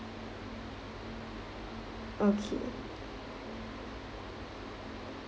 okay